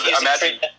imagine